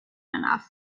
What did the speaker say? enough